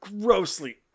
grossly